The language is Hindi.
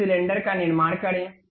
एक सिलेंडर का निर्माण करे